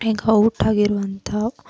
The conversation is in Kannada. ಈಗ ಔಟ್ ಆಗಿರುವಂಥ